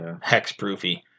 Hex-proofy